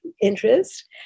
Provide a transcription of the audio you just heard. interest